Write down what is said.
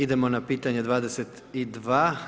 Idemo na pitanje 22.